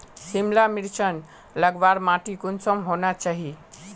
सिमला मिर्चान लगवार माटी कुंसम होना चही?